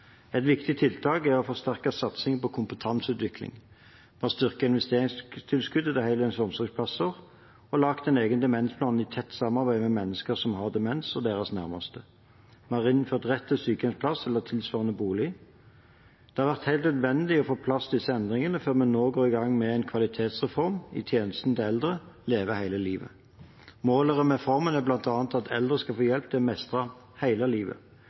Et viktig tiltak er å forsterke satsingen på kompetanseutvikling. Vi har styrket investeringstilskuddet til heldøgns omsorgsplasser og laget en egen demensplan i tett samarbeid med mennesker som har demens, og deres nærmeste. Vi har innført rett til sykehjemsplass eller tilsvarende bolig. Det har vært helt nødvendig å få på plass disse endringene før vi nå går i gang med en kvalitetsreform i tjenesten til eldre, Leve hele livet. Målet med reformen er bl.a. at eldre skal få hjelp til å mestre hele livet,